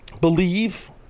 Believe